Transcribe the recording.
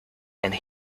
and